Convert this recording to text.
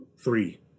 Three